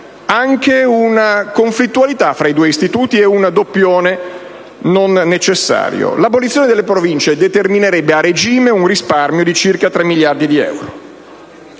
una conflittualità tra i due istituti e un doppione non necessario. L'abolizione delle Province determinerebbe a regime un risparmio di circa 3 miliardi di euro.